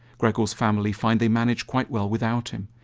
gregor's family find they manage quite well without him.